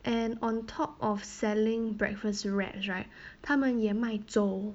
and on top of selling breakfast wraps right 他们也卖粥